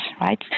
right